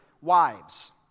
wives